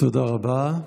תודה רבה.